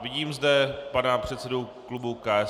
Vidím zde pana předsedu klubu KSČM.